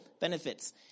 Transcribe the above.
benefits